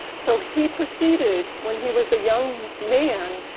so he proceeded, when he was a young man,